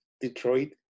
Detroit